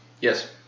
Yes